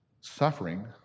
suffering